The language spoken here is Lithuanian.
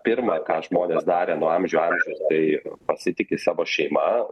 pirma ką žmonės darė nuo amžių amžius tai pasitiki savo šeima